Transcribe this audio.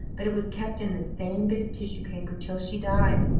but it was kept in the same bit of tissue paper till she died.